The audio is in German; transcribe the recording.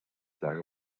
sag